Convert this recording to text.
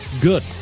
good